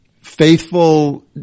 faithful